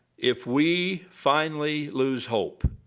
if we finally lose hope,